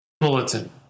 bulletin